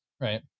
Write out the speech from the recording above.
right